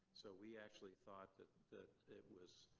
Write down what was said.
so we actually thought that that it was.